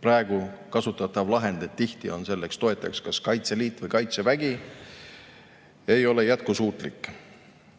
praegu kasutatav lahendus, et tihti on toetajaks kas Kaitseliit või Kaitsevägi, ei ole jätkusuutlik.